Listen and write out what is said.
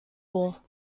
all